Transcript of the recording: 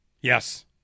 Yes